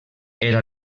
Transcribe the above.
era